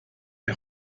die